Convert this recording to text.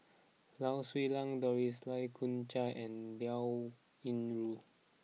Lau Siew Lang Doris Lai Kew Chai and Liao Yingru